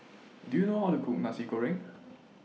Do YOU know How to Cook Nasi Goreng